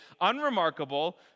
unremarkable